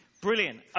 Brilliant